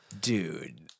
Dude